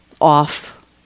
off